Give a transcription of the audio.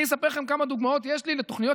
אני אספר לכם כמה דוגמאות יש לי לתוכניות